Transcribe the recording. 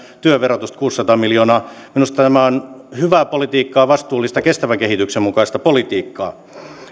työn verotusta kuusisataa miljoonaa minusta tämä on hyvää politiikkaa vastuullista kestävän kehityksen mukaista politiikkaa